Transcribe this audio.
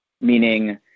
Meaning